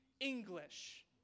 English